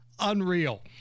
Unreal